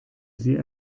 sie